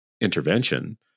intervention